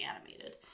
animated